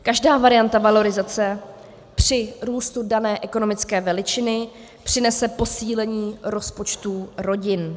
Každá varianta valorizace při růstu dané ekonomické veličiny přinese posílení rozpočtů rodin.